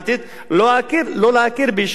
להכיר ביישובים האלה.